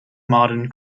martin